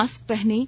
mask पहनें